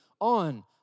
on